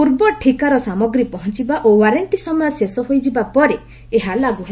ପୂର୍ବ ଠିକାର ସାମଗ୍ରୀ ପହଞ୍ଚବା ଓ ୱାରେଷ୍ଟି ସମୟ ଶେଷ ହୋଇଯିବା ପରେ ଏହା ଲାଗ୍ର ହେବ